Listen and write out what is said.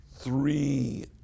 three